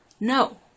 No